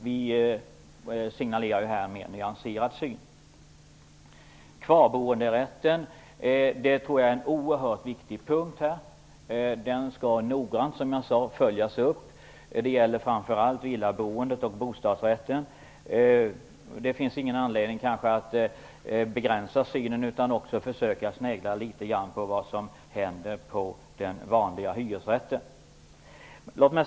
Vi har en mer nyanserad syn. Jag tycker att kvarboenderätten är en oerhört viktig punkt. Som jag sade skall denna noggrant följas upp. Det gäller framför allt villaboende och bostadsrättshavare. Det finns inte någon anledning att begränsa synen. Man måste också snegla litet grand på det som händer med vanliga hyresrätter.